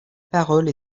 parole